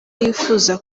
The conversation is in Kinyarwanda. yifuza